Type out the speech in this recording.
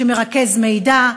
שמרכז מידע?